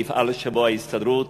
מפעל שבו ההסתדרות